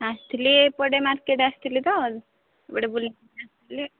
ଆସିଥିଲି ଏପଟେ ମାର୍କେଟ୍ ଆସିଥିଲି ତ ଏପଟେ ଆସିଥିଲି